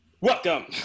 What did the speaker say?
Welcome